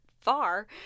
far